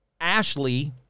Ashley